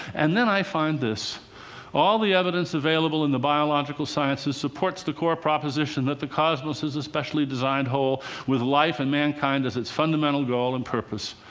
and then i find this all the evidence available in the biological sciences supports the core proposition that the cosmos is a specially designed whole with life and mankind as its fundamental goal and purpose,